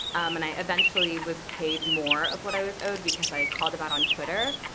and i eventually was paid more of what i was owed, because i called them out on twitter.